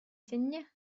dziennie